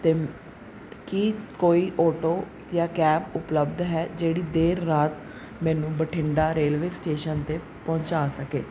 ਅਤੇ ਕੀ ਕੋਈ ਔਟੋ ਜਾਂ ਕੈਬ ਉਪਲਬਧ ਹੈ ਜਿਹੜੀ ਦੇਰ ਰਾਤ ਮੈਨੂੰ ਬਠਿੰਡਾ ਰੇਲਵੇ ਸਟੇਸ਼ਨ 'ਤੇ ਪਹੁੰਚਾ ਸਕੇ